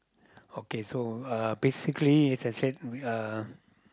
okay so uh basically as I said uh